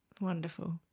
wonderful